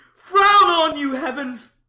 frown on, you heavens,